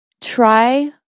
try